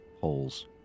holes